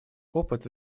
опыт